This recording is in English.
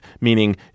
meaning